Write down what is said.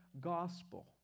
gospel